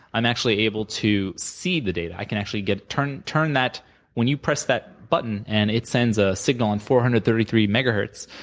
i'm actually able to see the data. i can actually get turn turn that when you press that button and it sends a signal in four hundred and thirty three megahertz